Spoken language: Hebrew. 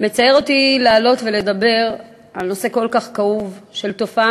מצער אותי לעלות ולדבר על נושא כל כך כאוב של תופעה